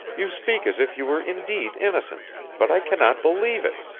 you speak as if you were indeed innocent, but i cannot believe it!